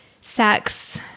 sex